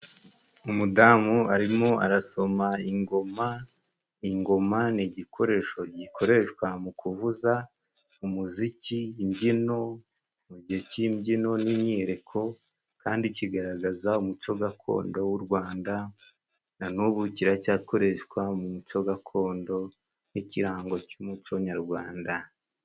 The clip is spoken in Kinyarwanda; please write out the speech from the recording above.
Umudamu arimo arasoma ingoma, ingoma ni igikoresho gikoreshwa mu kuvuza umuziki, imbyino mu gihe cy'imbyino n'imyiyereko kandi kigaragaza umuco gakondo w'u Rwanda na n'ubu kiracyakoreshwa mu muco gakondo nk'ikirango cy'umuco nyarwanda.